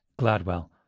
Gladwell